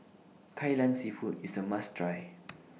Kai Lan Seafood IS A must Try